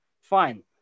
fine